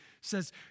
says